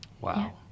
Wow